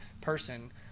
person